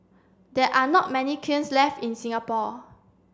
there are not many kilns left in Singapore